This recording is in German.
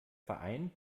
verein